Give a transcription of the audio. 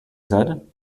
said